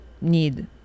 need